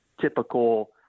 typical